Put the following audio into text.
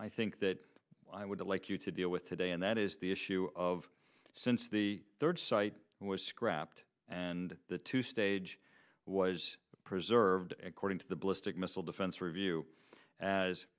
i think that i would like you to deal with today and that is the issue of since the site was scrapped and the two stage was preserved according to the ballistic missile defense review as